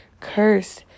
curse